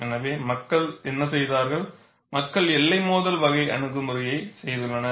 எனவே மக்கள் என்ன செய்தார்கள் மக்கள் எல்லை மோதல் வகை அணுகுமுறையை செய்துள்ளனர்